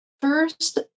First